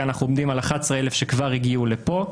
אנחנו עומדים על 11,000 שכבר הגיעו לפה.